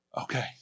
Okay